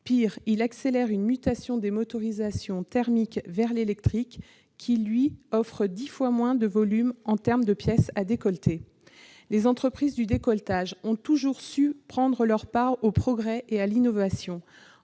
Pis, il accélère une mutation des motorisations thermiques vers l'électrique, qui nécessite un volume dix fois moindre de pièces à décolleter. Les entreprises du décolletage ont toujours su prendre leur part au progrès et à l'innovation,